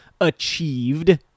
achieved